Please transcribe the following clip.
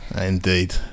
Indeed